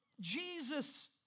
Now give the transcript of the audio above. Jesus